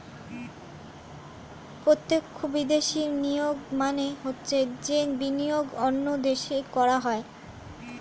প্রত্যক্ষ বিদেশি বিনিয়োগ মানে হচ্ছে যে বিনিয়োগ অন্য দেশে করা হয়